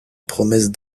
promesse